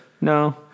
No